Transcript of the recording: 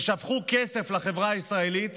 ששפכו כסף לחברה הישראלית